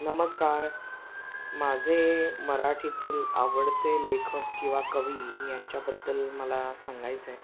नमस्कार माझे मराठीतील आवडते लेखक किंवा कवी यांच्याबद्दल मला सांगायचं आहे